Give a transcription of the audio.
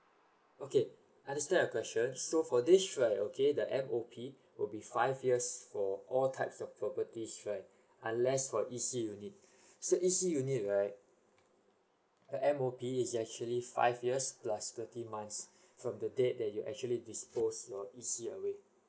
okay understand your question so for this right okay the M_O_P will be five years for all types of property right unless for E_C unit so E_C unit right the M_O_P is actually five years plus thirty months from the date that you actually dispose your E_C away